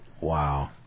Wow